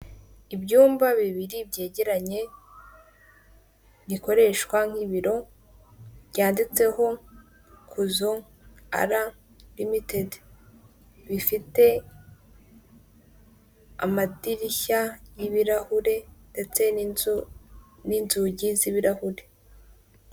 Ibyumba bibiri byegeranye, bikoreshwa nk'ibiro byanditseho "Cuzo (R) ltd. Bifite amadirishya y'ibirahure ndetse n'inzu n'inzugi z'ibirahuri.